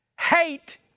hate